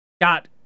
got